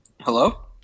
Hello